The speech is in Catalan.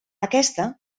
aquesta